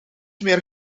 meer